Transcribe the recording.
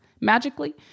magically